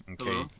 Okay